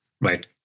right